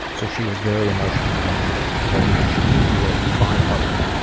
so she was very emotionally volatile told me i should lose weight, try harder,